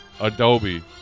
Adobe